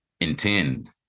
intend